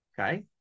Okay